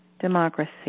democracy